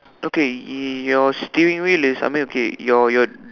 okay your steering wheel is I mean okay your your